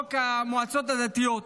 חוק המועצות הדתיות,